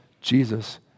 Jesus